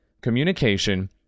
Communication